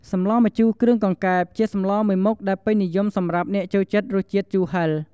សម្លម្ជូគ្រឿងកង្កែប ជាសម្លមួយមុខដែលពេញនិយមសម្រាប់អ្នកចូលចិត្តរសជាតិជូរហឹរ។